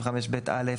35ב(א),